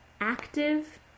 active